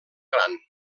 gran